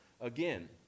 again